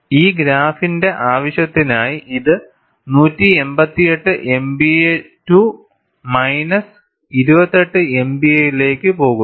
ഈ ഗ്രാഫിന്റെ ആവശ്യത്തിനായി ഇത് 188 MPa ടു മൈനസ് 28 MPa ലേക്ക് പോകുന്നു